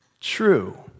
true